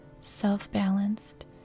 self-balanced